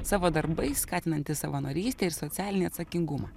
savo darbais skatinanti savanorystę ir socialinį atsakingumą